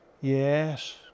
Yes